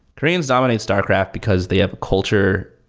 koreans dominate starcraft because they have culture,